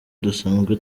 dusanzwe